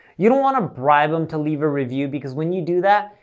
you don't want to bribe them to leave a review because when you do that,